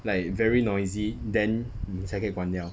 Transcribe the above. like very noisy then 才你可以关掉